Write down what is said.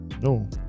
no